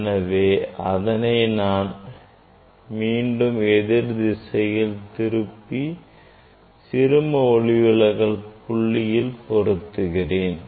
எனவே அதனை நான் மீண்டும் எதிர் திசையில் திருப்பி சிறும ஒளிவிலகல் புள்ளியில் பொருத்துகிறேன்